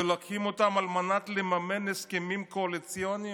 ולוקחים אותם על מנת לממן הסכמים קואליציוניים,